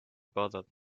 bothered